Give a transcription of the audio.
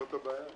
זאת הבעיה.